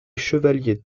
chevaliers